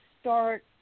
start